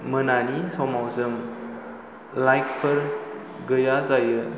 मोनानि समाव जों लाइटफोर गैया जायो